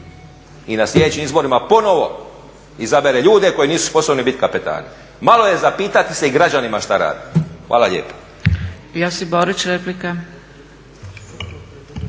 i na slijedećim izborima ponovno izabere ljude koji nisu sposobni biti kapetani. Malo je zapitati se i građanima šta rad. Hvala lijepa.